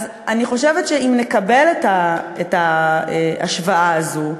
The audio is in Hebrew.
אז אני חושבת שאם נקבל את ההשוואה הזאת,